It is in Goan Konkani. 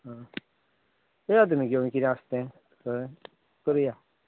येया तुमी घेवन किदें आसा तें कळ्ळें करुया आ